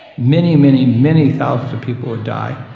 many, many, many thousands of people would die,